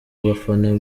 bafana